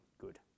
good